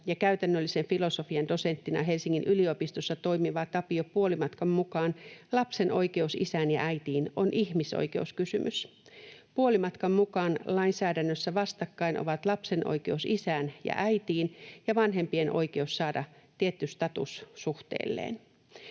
ja käytännöllisen filosofian dosenttina Helsingin yliopistossa toimivan Tapio Puolimatkan mukaan lapsen oikeus isään ja äitiin on ihmisoikeuskysymys. Puolimatkan mukaan lainsäädännössä vastakkain ovat lapsen oikeus isään ja äitiin ja vanhempien oikeus saada tietty status suhteelleen.